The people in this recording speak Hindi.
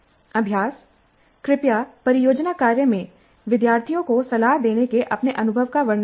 अभ्यास कृपया परियोजना कार्य में विद्यार्थियों को सलाह देने के अपने अनुभव का वर्णन करें